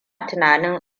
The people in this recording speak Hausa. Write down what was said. tunanin